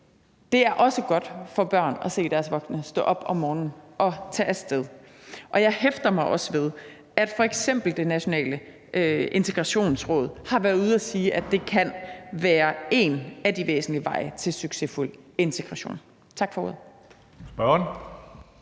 Det er også godt for børn at se deres voksne stå op om morgenen og tage af sted. Og jeg hæfter mig også ved, at f.eks. Det Nationale Integrationsråd har været ude at sige, at det kan være en af de væsentlige veje til succesfuld integration. Tak for ordet.